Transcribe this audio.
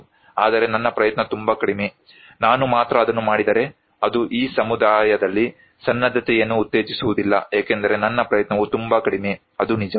ಆದರೆ ನನ್ನ ಪ್ರಯತ್ನ ತುಂಬಾ ಕಡಿಮೆ ನಾನು ಮಾತ್ರ ಅದನ್ನು ಮಾಡಿದರೆ ಅದು ಈ ಸಮುದಾಯದಲ್ಲಿ ಸನ್ನದ್ಧತೆಯನ್ನು ಉತ್ತೇಜಿಸುವುದಿಲ್ಲ ಏಕೆಂದರೆ ನನ್ನ ಪ್ರಯತ್ನವು ತುಂಬಾ ಕಡಿಮೆ ಅದು ನಿಜ